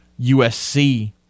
USC